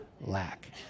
Lack